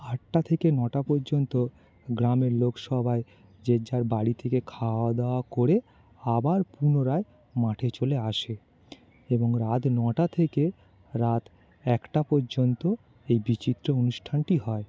আটটা থেকে নটা পর্যন্ত গ্রামের লোকসভায় যে যার বাড়ি থেকে খাওয়া দাওয়া করে আবার পুনরায় মাঠে চলে আসে এবং রাত নটা থেকে রাত একটা পর্যন্ত এই বিচিত্রা অনুষ্ঠানটি হয়